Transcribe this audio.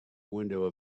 windows